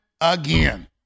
again